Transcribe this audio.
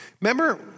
Remember